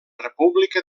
república